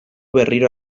berriro